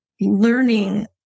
learning